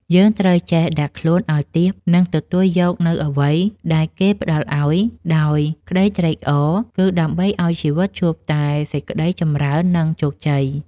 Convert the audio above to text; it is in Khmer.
យើងត្រូវចេះដាក់ខ្លួនឱ្យទាប និងទទួលយកនូវអ្វីដែលគេផ្តល់ឱ្យដោយក្តីត្រេកអរ គឺដើម្បីឱ្យជីវិតជួបតែសេចក្តីចម្រើននិងជោគជ័យ។